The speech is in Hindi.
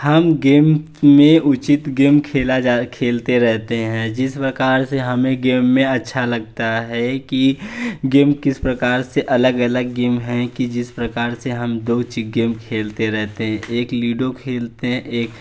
हम गेम में उचित गेम खेला जाए खेलते रहते हैं जिस प्रकार से हमें गेम में अच्छा लगता है कि गेम किस प्रकार से अलग अलग गेम है कि जिस प्रकार से हम दो चि गेम खेलते रहते हैं एक लूडो खेलते हैं एक